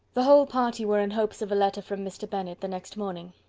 the whole party were in hopes of a letter from mr. bennet the next morning,